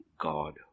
God